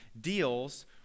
deals